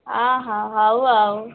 ହଁ ହଁ ହଉ ଆଉ